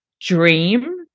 dream